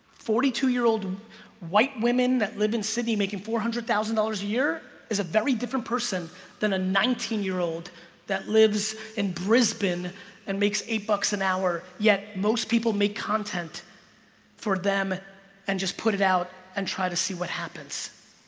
forty two year old white women that live in sydney making four hundred thousand dollars a year is a very different person than a nineteen year old that lives in brisbane and makes eight bucks an hour yet. most people make content for them and just put it out and try to see what happens